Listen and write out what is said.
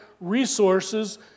resources